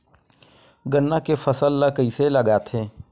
गन्ना के फसल ल कइसे लगाथे?